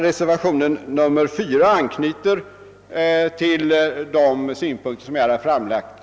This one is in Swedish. Reservationen 3 anknyter till de synpunkter som jag nu framfört.